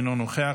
אינו נוכח,